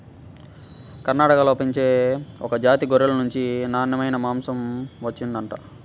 కర్ణాటకలో పెంచే ఒక జాతి గొర్రెల నుంచి నాన్నెమైన మాంసం వచ్చిండంట